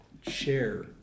share